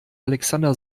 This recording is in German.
alexander